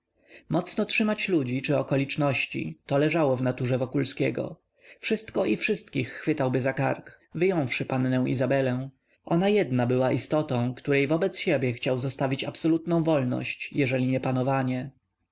mocno trzymać ludzi czy okoliczności to leżało w naturze wokulskiego wszystko i wszystkich chwytałby za kark wyjąwszy pannę izabelę ona jedna była istotą której wobec siebie chciał zostawić absolutną wolność jeżeli nie panowanie